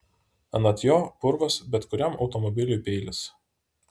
anot jo purvas bet kuriam automobiliui peilis